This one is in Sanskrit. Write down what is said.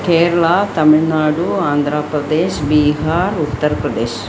केर्ळा तमिळ्नाडु आन्ध्रप्रदेशः बीहार् उत्तरप्रदेशः